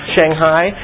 Shanghai